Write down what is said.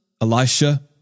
Elisha